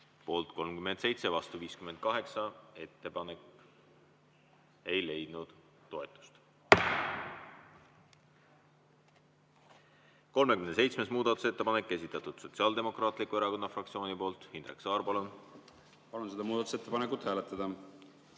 Poolt 37, vastu 57. Ettepanek ei leidnud toetust. 38. muudatusettepanek, esitatud Sotsiaaldemokraatliku Erakonna fraktsiooni poolt. Indrek Saar, palun! Palun seda muudatusettepanekut hääletada.